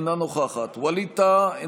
אינה נוכחת ווליד טאהא,